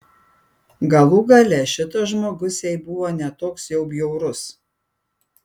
galų gale šitas žmogus jai buvo ne toks jau bjaurus